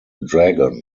dragon